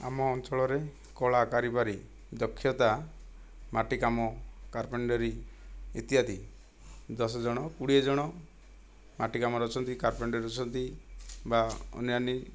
ଆମ ଅଞ୍ଚଳରେ କଳା କାରିଗରୀ ଦକ୍ଷତା ମାଟି କାମ କାର୍ପେଣ୍ଟରୀ ଇତ୍ୟାଦି ଦଶ ଜଣ କୋଡ଼ିଏ ଜଣ ମାଟି କାମରେ ଅଛନ୍ତି କାର୍ପେଣ୍ଟରୀ ଅଛନ୍ତି ବା ଅନ୍ୟାନ୍ୟ